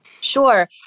Sure